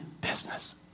business